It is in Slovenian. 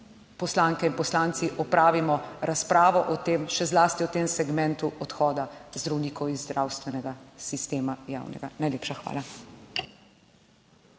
poslanke in poslanci opravimo razpravo o tem. Še zlasti o tem segmentu odhoda zdravnikov iz javnega zdravstvenega sistema. Najlepša hvala.